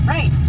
Right